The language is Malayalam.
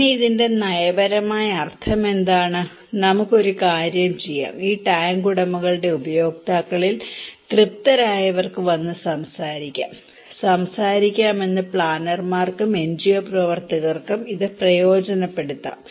പിന്നെ ഇതിന്റെ നയപരമായ അർത്ഥമെന്താണ് നമുക്ക് ഒരു കാര്യം ചെയ്യാം ഈ ടാങ്ക് ഉടമകളുടെ ഉപയോക്താക്കളിൽ തൃപ്തരായവർക്ക് വന്ന് സംസാരിക്കാം സംസാരിക്കാം എന്ന് പ്ലാനർമാർക്കും എൻജിഒ പ്രവർത്തകർക്കും ഇത് പ്രയോജനപ്പെടുത്താം